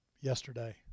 yesterday